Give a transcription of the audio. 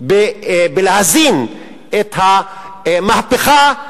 מאוד בלהזין את המהפכה,